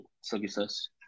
services